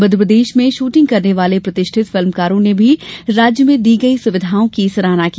मध्य प्रदेश में शुटिंग करने वाले प्रतिष्ठित फिल्कारों ने भी राज्य में दी गई सुविधाओं की सराहना की